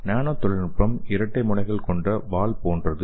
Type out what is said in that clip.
நானோ தொழில்நுட்பம் இரட்டை முனைகள் கொண்ட வாள் போன்றது